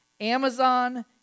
Amazon